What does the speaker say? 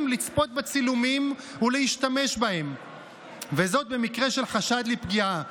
לצפות בצילומים ולהשתמש בהם במקרה של חשד לפגיעה